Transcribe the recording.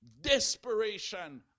desperation